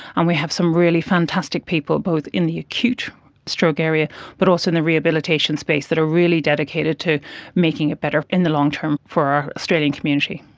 and we have some really fantastic people both in the acute stroke area but also in the rehabilitation space that are really dedicated to making it better in the long term for our australian community.